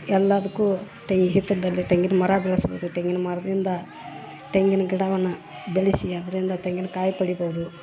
ಎಲ್ಲಾದ್ಕು ತೆ ಹಿತ್ತಲ್ದಲ್ಲಿ ತೆಂಗಿನ ಮರ ಬೆಳಸ್ಬೋದು ತೆಂಗಿನ ಮರದಿಂದ ತೆಂಗಿನ ಗಿಡವನ್ನ ಬೆಳಸಿ ಅದರಿಂದ ತೆಂಗಿನ ಕಾಯಿ ಪಡಿಬೋದು